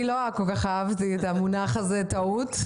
אני לא כל כך אהבתי את המונח הזה "טעות",